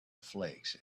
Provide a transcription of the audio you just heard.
flakes